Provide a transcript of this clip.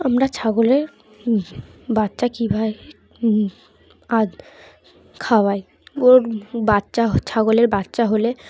আমরা ছাগলের বাচ্চা কীভাবে খাওয়াই ওর বাচ্চা ছাগলের বাচ্চা হলে